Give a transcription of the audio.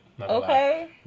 Okay